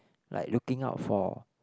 like looking out for